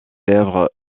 lèvres